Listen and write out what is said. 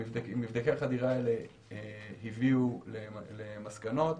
מבדקי החדירה האלה הביאו למסקנות.